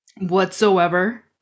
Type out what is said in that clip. whatsoever